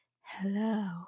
hello